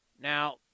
now